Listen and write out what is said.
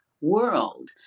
world